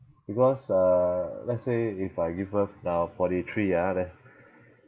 because uh let's say if I give birth now forty three ah then